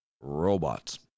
robots